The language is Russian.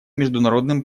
международным